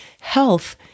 health